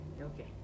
okay